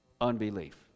unbelief